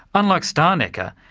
unlike stalnaker,